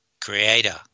creator